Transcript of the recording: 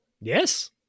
yes